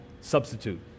substitute